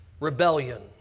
rebellion